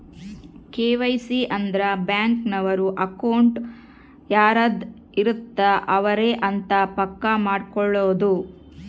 KYC ಅಂದ್ರ bank ನವರು account ಯಾರದ್ ಇರತ್ತ ಅವರೆ ಅಂತ ಪಕ್ಕ ಮಾಡ್ಕೊಳೋದು